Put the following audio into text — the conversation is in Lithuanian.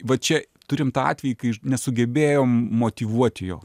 va čia turim tą atvejį kai nesugebėjom motyvuoti jo